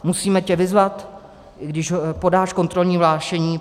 Musíme tě vyzvat, i když podáš kontrolní hlášení?